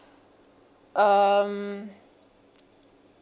um